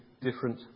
different